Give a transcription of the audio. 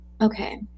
okay